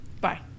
bye